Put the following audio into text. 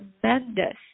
tremendous